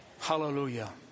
Hallelujah